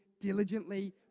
diligently